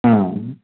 आम्